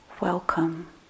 Welcome